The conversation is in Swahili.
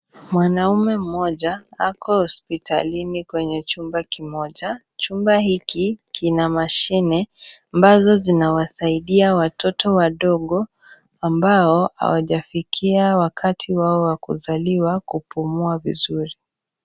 Mwanaume mmoja kao hospitalini kwenye chumba kimoja, chumba hiki kina mashine ambazo zinawasaidia watoto wadogo ambao hawajafikia wakati wao wa kuzaliwa kupumua vizuri.